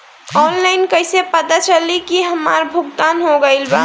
Online कईसे पता चली की हमार भुगतान हो गईल बा?